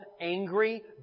angry